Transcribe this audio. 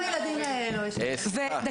אני